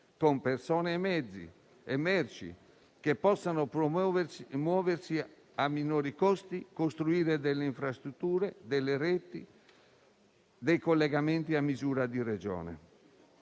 con persone e merci che possano muoversi a minori costi, costruendo infrastrutture, reti e collegamenti a misura di Regione.